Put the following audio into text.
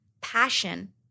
passion